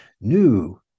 New